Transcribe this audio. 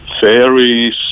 fairies